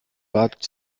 bat